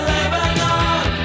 Lebanon